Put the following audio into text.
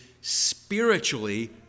spiritually